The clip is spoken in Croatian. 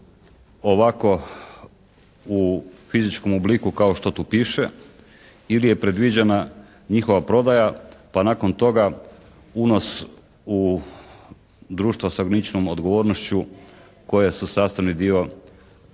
ovako u fizičkom obliku kao što tu piše ili je predviđena njihova prodaja pa nakon toga unos u društvo sa ograničenom odgovornošću koje su sastavni dio